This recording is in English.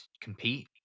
compete